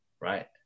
right